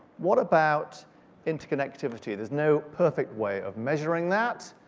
what about interconnectivity? there's no perfect way of measuring that.